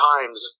times